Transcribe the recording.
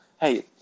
hey